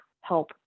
help